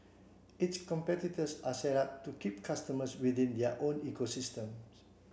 its competitors are set up to keep customers within their own ecosystems